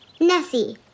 Nessie